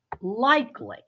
likely